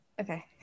okay